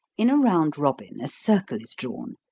in a round robin a circle is drawn,